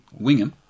Wingham